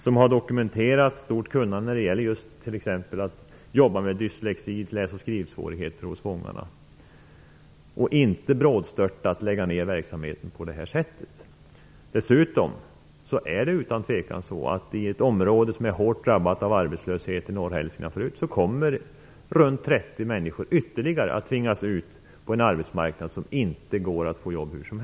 Man har dokumenterat ett stort kunnande t.ex. när det gäller att jobba med dyslexi, läs och skrivsvårigheter, hos fångarna. Frågan är om man brådstörtat skall lägga ned verksamhet på det här sättet. Utan tvekan är det så att ytterligare omkring 30 människor i det aktuella området i norra Hälsingland, som är hårt drabbat av arbetslöshet, kommer att tvingas ut på en arbetsmarknad där det inte går att utan vidare få jobb.